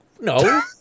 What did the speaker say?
No